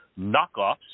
knockoffs